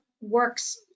works